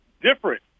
different